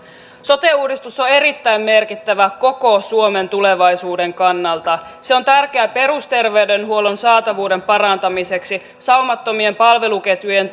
sote uudistus on erittäin merkittävä koko suomen tulevaisuuden kannalta se on tärkeä perusterveydenhuollon saatavuuden parantamiseksi saumattomien palveluketjujen